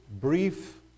brief